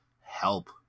help